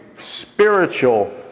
spiritual